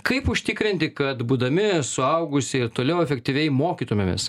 kaip užtikrinti kad būdami suaugusieji toliau efektyviai mokytumėmės